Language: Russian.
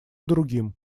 другим